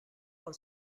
por